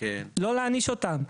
לא להעניש אותם.